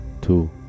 two